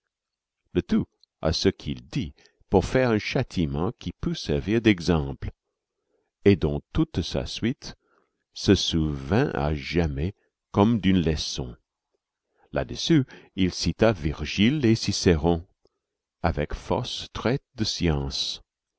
le tout à ce qu'il dit pour faire un châtiment qui pût servir d'exemple et dont toute sa suite se souvint à jamais comme d'une leçon là-dessus il cita virgile et cicéron avec force traits de science